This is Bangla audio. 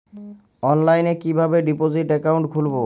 অনলাইনে কিভাবে ডিপোজিট অ্যাকাউন্ট খুলবো?